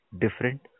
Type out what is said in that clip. different